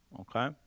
Okay